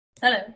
Hello